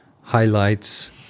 highlights